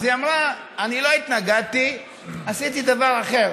אז היא אמרה: אני לא התנגדתי, עשיתי דבר אחר,